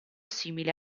simili